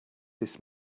this